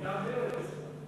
מטעם מרצ.